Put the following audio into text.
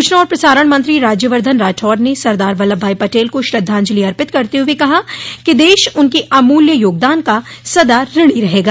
सूचना और प्रसारण मंत्री राज्यवर्धन राठौड़ ने सरदार वल्लभ भाई पटेल को श्रंद्धांजलि अर्पित करते हुए कहा कि देश उनके अमूल्य योगदान का सदा ऋणी रहेगा